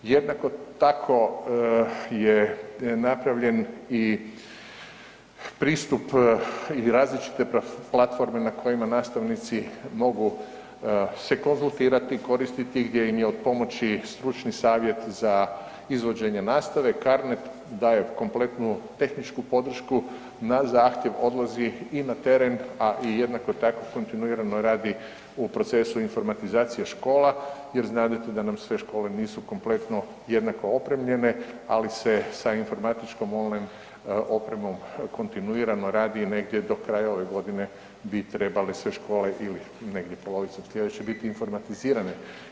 Jednako tako je napravljen i pristup i različite platforme na kojima nastavnici mogu se konzultirati i koristiti gdje im je od pomoći Stručni savjet za izvođenje nastave, Carnet daje kompletnu tehničku podršku, na zahtjev odlazi i na teren, a jednako tako i kontinuirano radi u procesu informatizacije škola jer znadete da nam sve škole nisu kompletno jednako opremljene, ali se sa informatičkom online opremom kontinuirano radi negdje do kraja ove godine bi trebale sve škole ili negdje, polovica sljedeće, biti informatizirane.